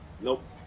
Nope